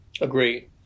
Agree